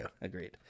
Agreed